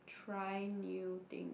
try new thing